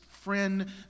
friend